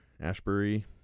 Ashbury